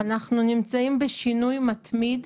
אנחנו נמצאים כל הזמן בשינוי מתמיד,